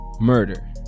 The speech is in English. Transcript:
murder